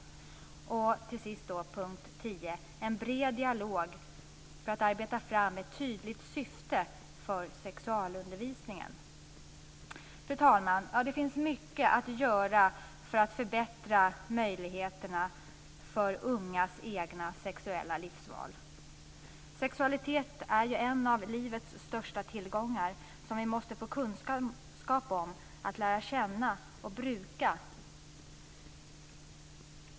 Till sist har vi punkt 10, där man säger att man ska ha en bred dialog för att arbeta fram ett tydligt syfte för sexualundervisningen. Fru talman! Det finns mycket att göra för att förbättra möjligheterna för ungas egna sexuella livsval. Sexualitet är ju en av livets största tillgångar som vi måste få kunskap om för att lära känna och bruka.